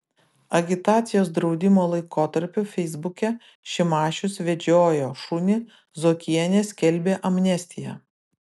agitacijos draudimo laikotarpiu feisbuke šimašius vedžiojo šunį zuokienė skelbė amnestiją